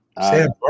Sam